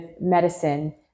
medicine